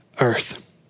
earth